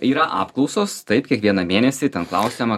yra apklausos taip kiekvieną mėnesį ten klausiama